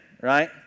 right